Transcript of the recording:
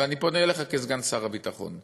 ואני פונה אליך כסגן שר הביטחון,